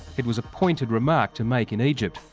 it was a pointed remark to make in egypt,